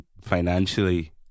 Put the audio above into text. financially